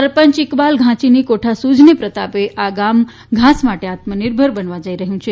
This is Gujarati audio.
સરપંચ ઇકબાલ ઘાંચીની કોઠાસૂઝને પ્રતાપે આ ગામ ઘાસ માટે આત્મનિર્ભર બનવા જઈ રહ્યું છે